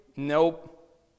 Nope